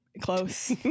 Close